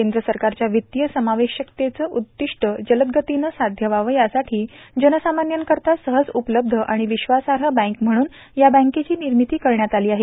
केंद्र सरकारच्या वित्तीय समावेशकतेचे उद्दीष्ट जलदगतीनं साध्य व्हावे यासाठी जनसामान्यांकरिता सहज उपलब्ध आणि विश्वासार्ह बँक म्हणून या बँकेची निर्मिती करण्यात आली आहे